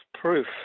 proof